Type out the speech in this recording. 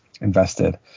invested